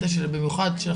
וזה